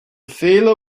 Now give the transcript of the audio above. fehler